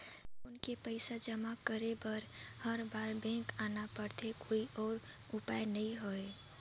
Loan के पईसा जमा करे बर हर बार बैंक आना पड़थे कोई अउ उपाय नइ हवय?